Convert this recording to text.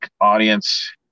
audience